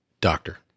Doctor